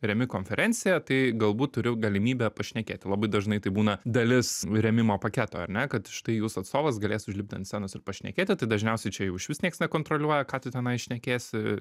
remi konferenciją tai galbūt turiu galimybę pašnekėti labai dažnai tai būna dalis rėmimo paketo ar ne kad štai jūsų atstovas galės užlipti ant scenos ir pašnekėti tai dažniausiai čia jau išvis niekas nekontroliuoja ką tu tenai šnekėsi